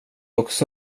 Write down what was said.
också